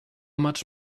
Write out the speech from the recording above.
much